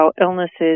illnesses